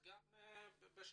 בבקשה.